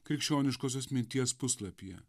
krikščioniškosios minties puslapyje